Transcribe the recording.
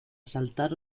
asaltar